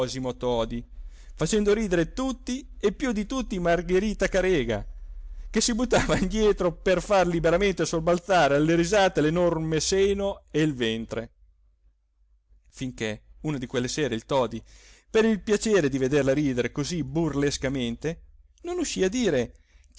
todi facendo ridere tutti e più di tutti margherita carega che si buttava indietro per far liberamente sobbalzare alle risate l'enorme seno e il ventre finché una di quelle sere il todi per il piacere di vederla ridere così burlescamente non uscì a dire